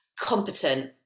competent